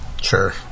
Sure